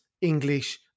English